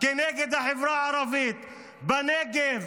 נגד החברה הערבית בנגב,